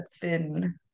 thin